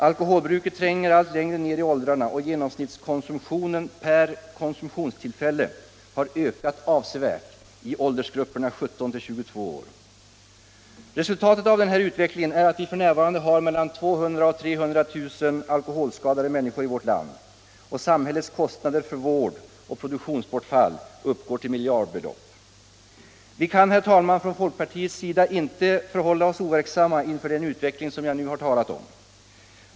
Alkoholbruket tränger allt längre ner i åldrarna, och genomsnittskonsumtionen per konsumtionstillfälle har ökat avsevärt i åldersgruppen 17-22 år. Resultatet av denna utveckling är att vi f. n. har mellan 200 000 och 300 000 alkoholskadade människor i vårt land. Samhällets kostnader för vård och produktionsbortfall uppgår till miljardbelopp. debatt Allmänpolitisk debatt Vi kan, herr talman, från folkpartiets sida inte förhålla oss overksamma inför den utveckling jag nu talat om.